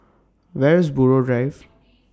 Where IS Buroh Drive